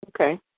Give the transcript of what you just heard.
Okay